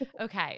Okay